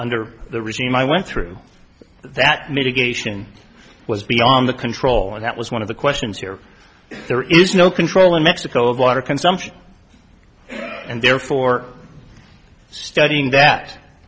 under the regime i went through that mitigation was beyond the control and that was one of the questions here there is no control in mexico of water consumption and therefore studying that